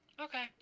okay